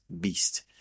beast